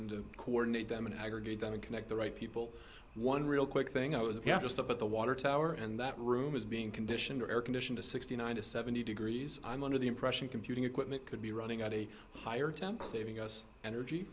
and coordinate them in aggregate then to connect the right people one real quick thing i was just up at the water tower and that room is being conditioned air conditioned to sixty nine to seventy degrees i'm under the impression computing equipment could be running at a higher temp saving us energy